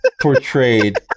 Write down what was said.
portrayed